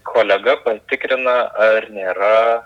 kolega patikrina ar nėra